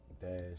dash